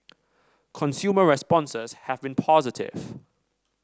consumer responses have been positive